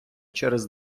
через